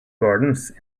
gardens